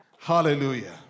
Hallelujah